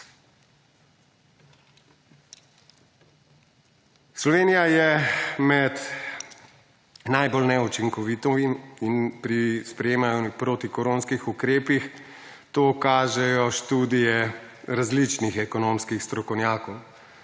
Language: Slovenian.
Slovenija je med najbolj neučinkovito in pri sprejemanju protikoronskih ukrepih to kažejo študije različnih ekonomskim strokovnjakov.